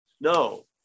No